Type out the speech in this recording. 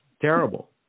terrible